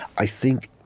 i think,